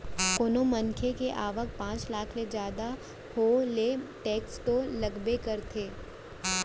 कोनो मनसे के आवक पॉच लाख ले जादा हो ले टेक्स तो लगबे करथे